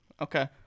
okay